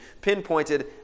pinpointed